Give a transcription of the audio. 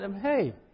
hey